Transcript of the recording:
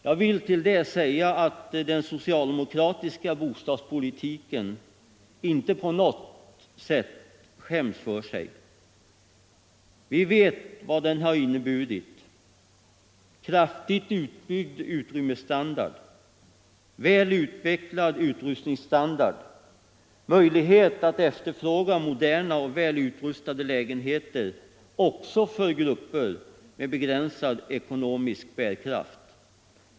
Jag vill då säga att den socialdemokratiska bostadspolitiken inte på något sätt skäms för sig. Vi vet vad den har inneburit: kraftigt utbyggd utrymmesstandard, väl utvecklad utrustningsstandard, möjlighet att efterfråga moderna och välutrustade lägenheter också för grupper med begränsad ekonomisk bärkraft.